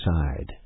side